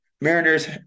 Mariners